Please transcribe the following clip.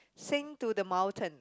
sing to the mountain